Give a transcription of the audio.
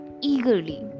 eagerly